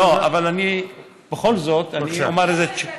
לא, אבל בכל זאת אני אומר איזו, בבקשה.